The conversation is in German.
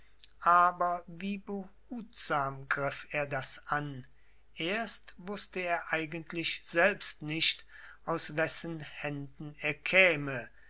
aber wie behutsam griff er das an erst wußte er eigentlich selbst nicht aus wessen händen er käme